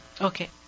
Okay